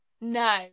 No